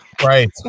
Right